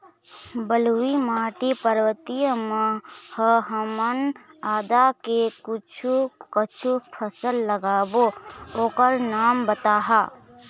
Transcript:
बलुई माटी पर्वतीय म ह हमन आदा के कुछू कछु फसल लगाबो ओकर नाम बताहा?